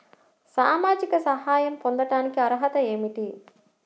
సామాజిక సహాయం పొందటానికి అర్హత ఏమిటి?